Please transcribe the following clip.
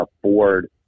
afford